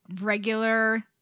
regular